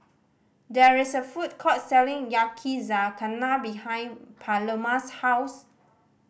there is a food court selling Yakizakana behind Paloma's house